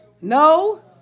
No